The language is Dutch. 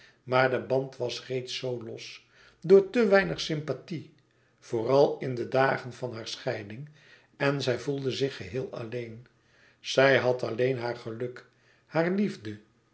maar de band was reeds zoo los door te weinig sympathie vooral in de dagen van haar scheiding en zij voelde zich geheel alleen zij had alleen haar geluk hare liefde